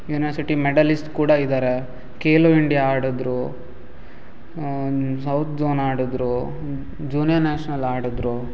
university medalist ಕೂಡ ಇದ್ದಾರೆ Khelo India ಆಡಿದ್ರು ಸೌತ್ ಝೋನ್ ಆಡಿದ್ರು ಜ್ಯೂನಿಯನ್ ನ್ಯಾಷ್ನಲ್ ಆಡಿದ್ರು